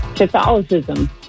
Catholicism